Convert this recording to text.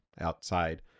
outside